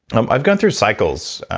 um i've gone through cycles,